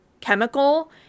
chemical